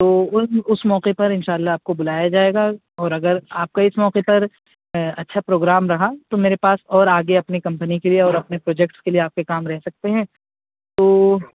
تو اس موقعے پر انشاء اللہ آپ کو بلایا جائے گا اور اگر آپ کا اس موقعے پر اچھا پروگرام رہا تو میرے پاس اور آگے اپنی کمپنی کے لیے اور اپنے پروجیکٹس کے لیے آپ کے کام رہ سکتے ہیں تو